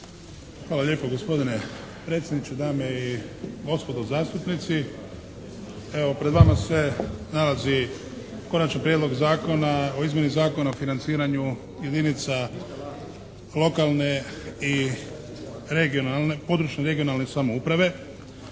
Hvala lijepa gospodine predsjedniče, dame i gospodo zastupnici. Evo pred vama se nalazi Konačni prijedlog zakona o izmjeni Zakona o financiranju jedinica lokalne i područne (regionalne) samouprave.